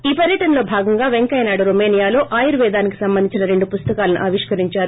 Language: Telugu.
ఈ పర్యటనలో భాగంగా పెంకయ్యనాయుడు రోమనియాలో ఆయుర్వేదానికి సంబందించిన రెండు పుస్తకాలను ఆవిష్కరించారు